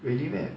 really meh